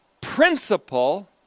principle